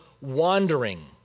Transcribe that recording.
wandering